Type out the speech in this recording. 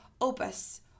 opus